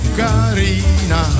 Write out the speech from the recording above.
carina